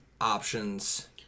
options